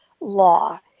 Law